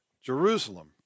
Jerusalem